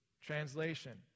Translation